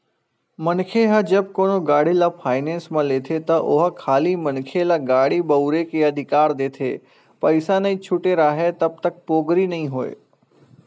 मनखे ह जब कोनो गाड़ी ल फायनेंस म लेथे त ओहा खाली मनखे ल गाड़ी बउरे के अधिकार देथे पइसा नइ छूटे राहय तब तक पोगरी नइ होय